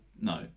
No